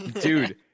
dude